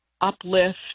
uplift